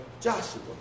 Joshua